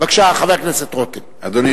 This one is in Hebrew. בבקשה, חבר הכנסת רותם.